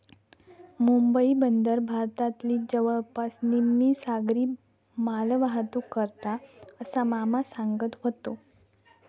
मुंबई बंदर भारतातली जवळपास निम्मी सागरी मालवाहतूक करता, असा मामा सांगत व्हतो